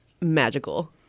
magical